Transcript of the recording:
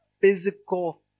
physical